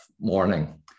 morning